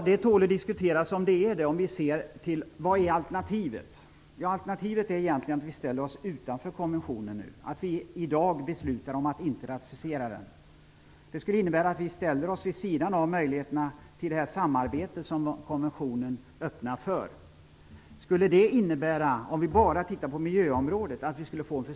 Det tål att diskutera, om vi ser till alternativet. Alternativet är egentligen att vi ställer oss utanför konventionen, att vi i dag beslutar att inte ratificera den. Det skulle innebära att vi ställer oss vid sidan av den möjlighet till samarbete som konventionen öppnar för. Skulle det innebära en förstärkning, om vi bara ser till miljöområdet? Knappast.